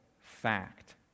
fact